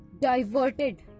diverted